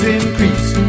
increase